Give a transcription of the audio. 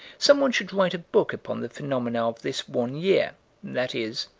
someone should write a book upon the phenomena of this one year that is,